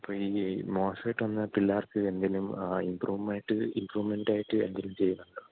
അപ്പം ഇനി ഈ മോശമായിട്ട് വന്ന പിള്ളേർക്ക് എന്തേലും ഇംപ്രൂവ്മെന്റ് ഇമ്പ്രൂവ്മെൻറ്റായിട്ട് എന്തേലും ചെയ്യുന്നുണ്ടോ